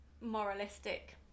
moralistic